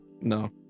No